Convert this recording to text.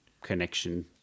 connection